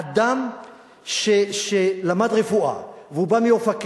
אדם שלמד רפואה ובא מאופקים,